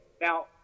Now